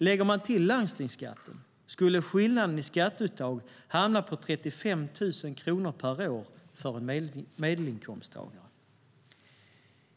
Lägger man till landstingsskatten skulle skillnaden i skatteuttag hamna på 35 000 kronor per år för en medelinkomsttagare.